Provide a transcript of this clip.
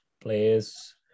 players